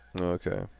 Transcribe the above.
Okay